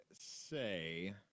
say